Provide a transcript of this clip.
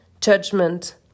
judgment